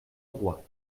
roi